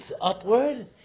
upward